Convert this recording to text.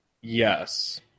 Yes